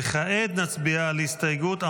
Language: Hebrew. וכעת נצביע על איזו הסתייגות?